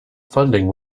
funding